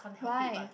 why